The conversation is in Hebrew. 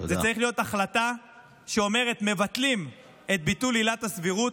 זאת צריכה להיות החלטה שאומרת: מבטלים את ביטול עילת הסבירות,